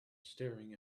staring